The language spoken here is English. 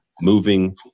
moving